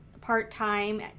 part-time